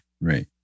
Right